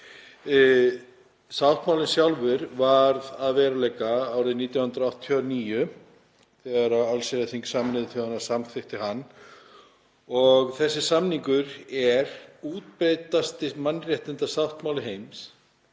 Sáttmálinn sjálfur varð að veruleika árið 1989 þegar allsherjarþing Sameinuðu þjóðanna samþykkti hann. Þessi samningur er útbreiddasti mannréttindasáttmáli heims